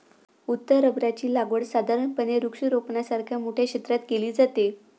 उत्तर रबराची लागवड साधारणपणे वृक्षारोपणासारख्या मोठ्या क्षेत्रात केली जाते